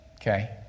okay